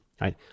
right